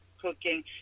cooking